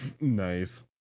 Nice